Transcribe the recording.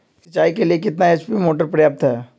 सिंचाई के लिए कितना एच.पी मोटर पर्याप्त है?